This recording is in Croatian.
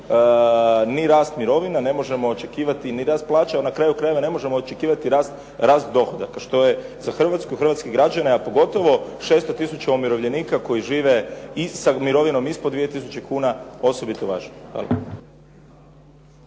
ni rast mirovina, ne možemo očekivati ni rast plaća, na kraju krajeva ne možemo očekivati rast dohodaka, što je za Hrvatsku, hrvatske građane, a pogotovo 600 tisuća umirovljenika koji žive i sa mirovinom ispod 2000 kuna, osobito važno.